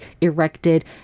erected